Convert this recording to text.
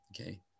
Okay